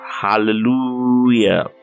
Hallelujah